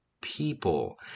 people